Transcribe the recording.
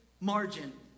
margin